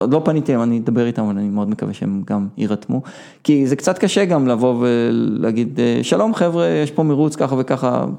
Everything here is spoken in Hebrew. עןד לא פניתם, אני אדבר איתם, אבל אני מאוד מקווה שהם גם יירתמו, כי זה קצת קשה גם לבוא ולהגיד, שלום חבר'ה, יש פה מירוץ ככה וככה.